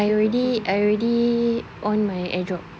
I already I already on my AirDrop